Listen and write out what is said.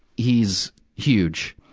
he's huge.